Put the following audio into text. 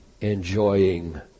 enjoying